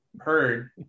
heard